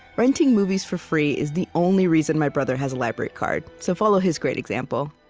renting movies for free is the only reason my brother has a library card, so follow his great example